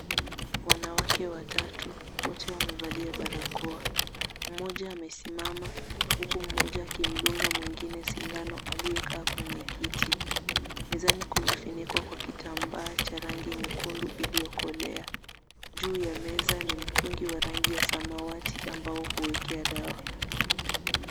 Wanawake watatu, wote wamevalia barakoa, mmoja amesimama huku mmoja akimdunga mwingine sindano aliyekaa kwenye kiti. Mezani kumefunikwa kwa kitambaa cha rangi nyekundu iliyokolea. Juu ya meza ni mtungi wa rangi ya samawati ambao huwekea dawa.